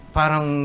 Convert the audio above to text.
parang